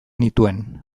nituen